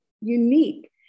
unique